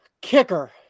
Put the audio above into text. Kicker